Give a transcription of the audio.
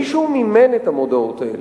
מישהו מימן את המודעות האלה.